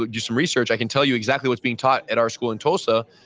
but do some research, i can tell you exactly what's being taught at our school and tulsa,